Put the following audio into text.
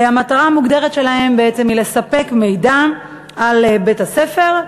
והמטרה המוגדרת שלהם בעצם היא לספק מידע על בית-הספר,